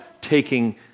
taking